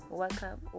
welcome